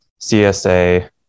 CSA